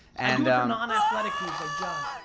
and non-athletic dudes like john,